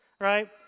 right